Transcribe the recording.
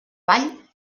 ball